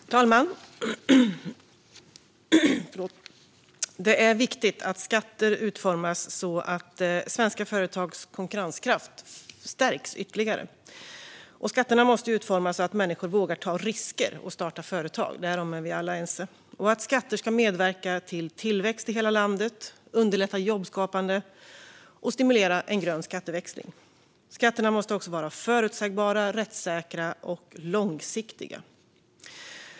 Fru talman! Det är viktigt att skatter utformas så att svenska företags konkurrenskraft stärks ytterligare. Skatterna måste utformas så att människor vågar ta risker och starta företag, därom är vi alla ense. Skatter ska medverka till tillväxt i hela landet, underlätta jobbskapande och stimulera en grön skatteväxling. Skatterna måste också vara förutsägbara, rättssäkra och långsiktiga.